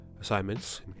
assignments